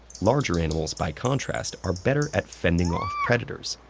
larger animals, by contrast, are better at fending off predators,